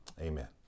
Amen